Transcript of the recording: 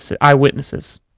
eyewitnesses